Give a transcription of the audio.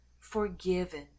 forgiven